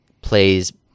plays